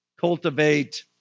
Cultivate